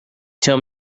tell